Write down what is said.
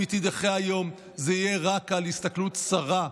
אם היא תדחה היום, זה יהיה רק בשל הסתכלות צרה,